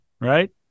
right